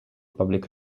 public